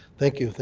thank you,